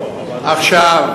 בבקשה.